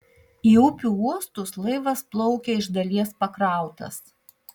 į upių uostus laivas plaukia iš dalies pakrautas